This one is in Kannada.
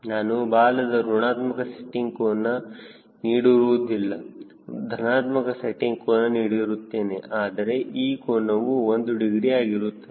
ನಾನು ಬಾಲದಲ್ಲಿ ಋಣಾತ್ಮಕ ಸೆಟ್ಟಿಂಗ್ ಕೋನ ನೀಡಿರುವುದಿಲ್ಲ ಧನಾತ್ಮಕ ಸೆಟ್ಟಿಂಗ್ ಕೋನ ನೀಡಿರುತ್ತೇನೆ ಆದರೆ ಈ ಕೋನವು 1 ಡಿಗ್ರಿ ಆಗಿರುತ್ತದೆ